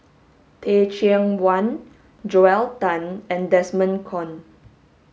Teh Cheang Wan Joel Tan and Desmond Kon